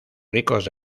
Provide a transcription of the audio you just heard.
ricos